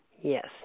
Yes